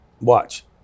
Watch